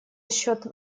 счет